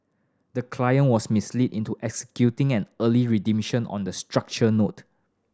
the client was misled into executing an early redemption on the structured note